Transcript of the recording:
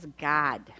God